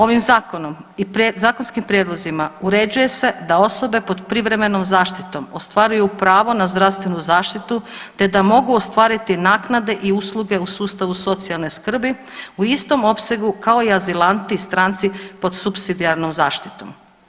Ovim zakonom i zakonskim prijedlozima uređuje se da osobe pod privremenom zaštitom ostvaruju pravo na zdravstvenu zaštitu te da mogu ostvariti naknade i usluge u sustavu socijalne skrbi u istom opsegu kao i azilanti i stranci pod supsidijarnom zaštitom.